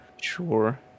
Sure